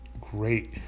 great